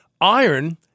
iron